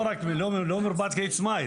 לא מרפאת כללית סמייל,